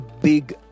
big